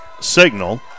signal